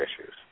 issues